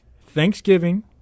Thanksgiving